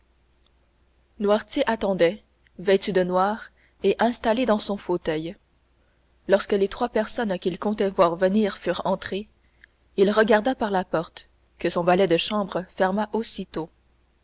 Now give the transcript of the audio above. noirtier attendait vêtu de noir et installé dans son fauteuil lorsque les trois personnes qu'il comptait voir venir furent entrées il regarda la porte que son valet de chambre ferma aussitôt